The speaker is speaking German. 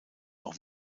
auch